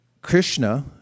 Krishna